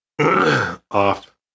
off